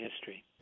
history